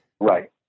right